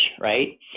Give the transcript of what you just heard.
right